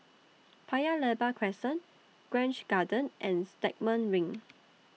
Paya Lebar Crescent Grange Garden and Stagmont Ring